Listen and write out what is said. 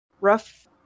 Rough